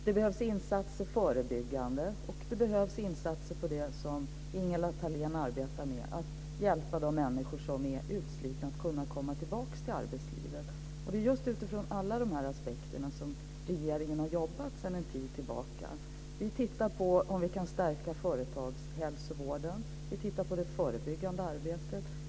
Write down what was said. Det behövs förebyggande insatser och det behövs sådana insatser som Ingela Thalén arbetar med, nämligen att hjälpa de människor som är utslitna att komma tillbaka till arbetslivet. Det är utifrån alla de här apsekterna som regeringen har jobbat sedan en tid tillbaka. Vi tittar på om vi kan stärka företagshälsovården. Vi tittar på det förebyggande arbetet.